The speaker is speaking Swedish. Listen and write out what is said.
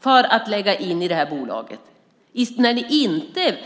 för att lägga in i bolaget, när ni inte